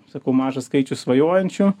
sakau mažas skaičius svajojančių